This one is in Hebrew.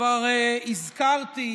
כבר הזכרתי